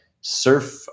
surf